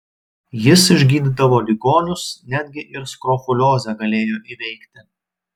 jis išgydydavo ligonius netgi ir skrofuliozę galėjo įveikti